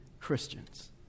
Christians